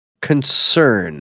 concern